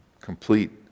complete